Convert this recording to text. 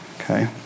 Okay